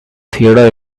theodore